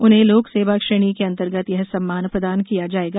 उन्हें लोक सेवा श्रेणी के अंतर्गत यह सम्मान प्रदान किया जाएगा